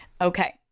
Okay